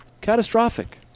catastrophic